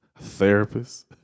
Therapist